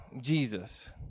Jesus